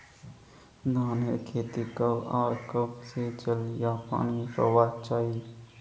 धानेर खेतीत कब आर कब से जल या पानी रहबा चही?